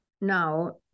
now